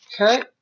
Okay